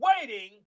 waiting